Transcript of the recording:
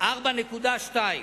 המערכת הבנקאית בישראל,